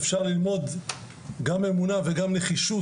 אפשר ללמוד גם אמונה וגם נחישות,